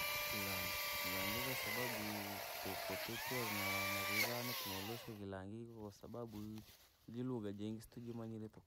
Kilangi, kilangi kwasababu koo- kooniikeree na vii vane tundusika kalangii vii, kwasababu iji luga jingi situmanyiree.